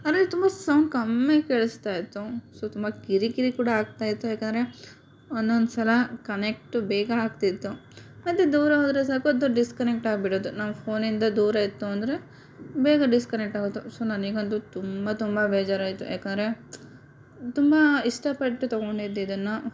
ಅಂದರೆ ತುಂಬ ಸೌಂಡ್ ಕಮ್ಮಿ ಕೇಳಿಸ್ತಾ ಇತ್ತು ಸೊ ತುಂಬ ಕಿರಿ ಕಿರಿ ಕೂಡ ಆಗ್ತಾ ಇತ್ತು ಯಾಕಂದರೆ ಒಂದೊಂದು ಸಲ ಕನೆಕ್ಟು ಬೇಗ ಆಗ್ತಿತ್ತು ಮತ್ತು ದೂರ ಹೋದರೆ ಸಾಕು ಅದು ಡಿಸ್ಕನೆಕ್ಟ್ ಆಗಿಬಿಡೋದು ನಾವು ಫೋನಿಂದ ದೂರ ಇತ್ತು ಅಂದರೆ ಬೇಗ ಡಿಸ್ಕನೆಕ್ಟ್ ಆಗೋದು ಸೊ ನನಗಂತೂ ತುಂಬ ತುಂಬ ಬೇಜಾರಾಯಿತು ಯಾಕಂದರೆ ತುಂಬ ಇಷ್ಟಪಟ್ಟು ತೊಗೊಂಡಿದ್ದು ಇದನ್ನು